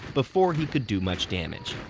before he could do much damage.